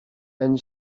and